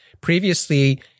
Previously